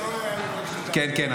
--- כן, כן.